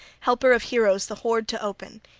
helper of heroes, the hoard to open,